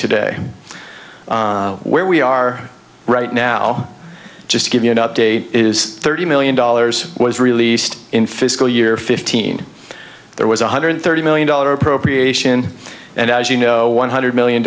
today where we are right now just to give you an update is thirty million dollars was released in fiscal year fifteen there was one hundred thirty million dollar appropriation and as you know one hundred million